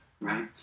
Right